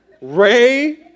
Ray